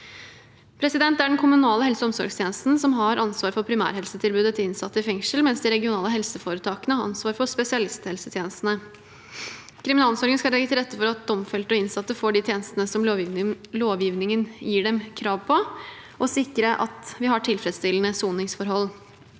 Det er den kommunale helse- og omsorgstjenesten som har ansvaret for primærhelsetilbudet til innsatte i fengsel, mens de regionale helseforetakene har ansvar for spesialisthelsetjenestene. Kriminalomsorgen skal legge til rette for at domfelte og innsatte får de tjenestene som lovgivningen gir dem krav på, og sikre at vi har tilfredsstillende soningsforhold.